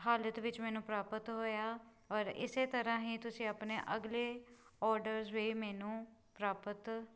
ਹਾਲਤ ਵਿੱਚ ਮੈਨੂੰ ਪ੍ਰਾਪਤ ਹੋਇਆ ਔਰ ਇਸ ਤਰ੍ਹਾਂ ਹੀ ਤੁਸੀਂ ਆਪਣੇ ਅਗਲੇ ਔਡਰਜ਼ ਵੀ ਮੈਨੂੰ ਪ੍ਰਾਪਤ